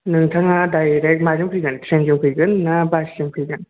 नोंथाङा डाइरेक्ट माजों फैगोन ट्रेनजों फैगोन ना बासजों फैगोन